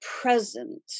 present